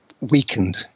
weakened